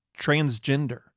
transgender